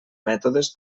mètodes